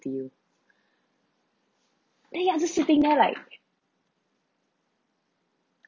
to you ya just sitting there like